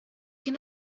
can